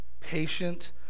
patient